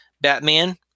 Batman